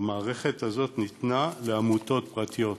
והמערכת הזאת ניתנה לעמותות פרטיות,